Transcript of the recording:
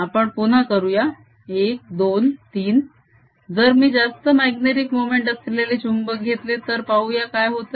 आपण पुन्हा करूया 1 2 3 जर मी जास्त माग्नेटीक मोमेंट असलेले चुंबक घेतले तर पाहूया काय होतेय